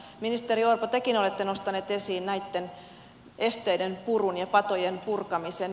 ministeri orpo tekin olette nostanut esiin näitten esteiden purun ja patojen purkamisen